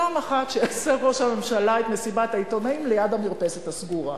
פעם אחת שיעשה ראש הממשלה את מסיבת העיתונאים ליד המרפסת הסגורה.